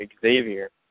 Xavier